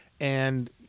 and-